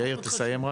יאיר תסיים.